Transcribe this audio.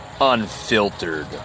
unfiltered